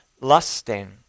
lusting